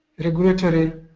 regulatory